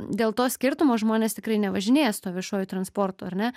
dėl to skirtumo žmonės tikrai nevažinėja su tuo viešuoju transportu ar ne